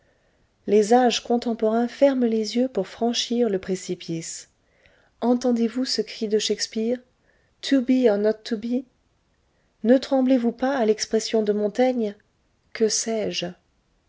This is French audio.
les âges contemporains ferment les yeux pour franchir le précipice entendez-vous ce cri de shakspeare to be or not to be ne tremblez vous pas à l'expression de montaigne que sais-je